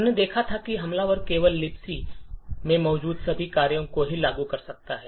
हमने देखा था कि हमलावर केवल लिबक में मौजूद सभी कार्यों को ही लागू कर सकता है